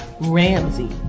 Ramsey